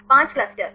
5 cluster